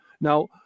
now